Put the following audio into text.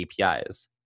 APIs